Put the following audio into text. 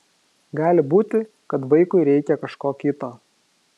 gali būti kad vaikui reikia kažko kito